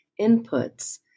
inputs